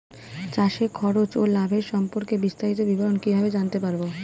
চাষে খরচ ও লাভের সম্পর্কে বিস্তারিত বিবরণ কিভাবে জানতে পারব?